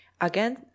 again